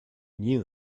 knew